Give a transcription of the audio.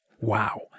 Wow